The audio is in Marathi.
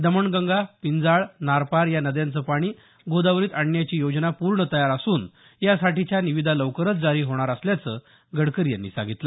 दमणगंगा पिंजाळ नारपार या नद्यांचं पाणी गोदावरीत आणण्याची योजना पूर्ण तयार असून यासाठीच्या निविदा लवकरच जारी होणार असल्याचं गडकरी यांनी सांगितलं